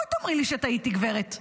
בואי תאמרי לי שטעיתי, גברת.